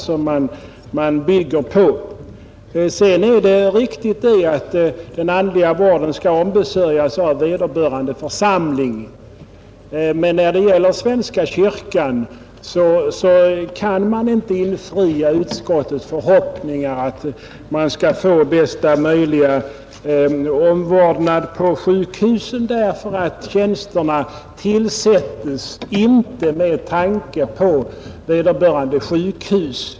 Sedan är det också riktigt att den andliga vården skall ombesörjas av vederbörande församling, men när det gäller svenska kyrkan kan man inte infria utskottets förhoppningar om bästa möjliga omvårdnad på sjukhusen, därför att tjänsterna där tillsätts inte med tanke på vederbörande sjukhus.